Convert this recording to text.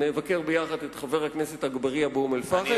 נבקר יחד את חבר הכנסת אגבאריה באום-אל-פחם,